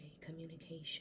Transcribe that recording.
communication